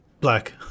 black